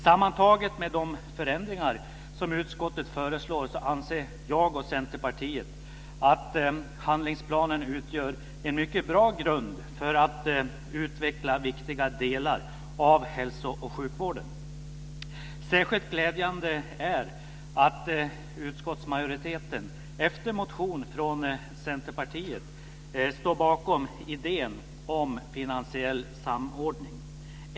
Sammantaget med de förändringar som utskottet föreslår anser jag och Centerpartiet att handlingsplanen utgör en mycket bra grund för att utveckla viktiga delar av hälso och sjukvården. Särskilt glädjande är att utskottsmajoriteten efter en motion från Centerpartiet står bakom idén om finansiell samordning.